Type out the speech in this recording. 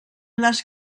les